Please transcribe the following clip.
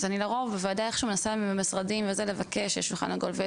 אז אני לרוב בוועדה איכשהו עם המשרדים וזה לבקש שיהיה שולחן עגול,